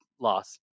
loss